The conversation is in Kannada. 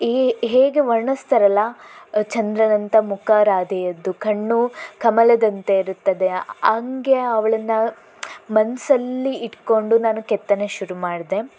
ಏ ಹೇಗೆ ವರ್ಣಿಸ್ತಾರಲ್ಲ ಚಂದ್ರನಂಥ ಮುಖ ರಾಧೆಯದ್ದು ಕಣ್ಣು ಕಮಲದಂತೆ ಇರುತ್ತದೆ ಅ ಹಾಗೆ ಅವಳನ್ನು ಮನಸ್ಸಲ್ಲಿ ಇಟ್ಕೊಂಡು ನಾನು ಕೆತ್ತನೆ ಶುರು ಮಾಡಿದೆ